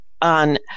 on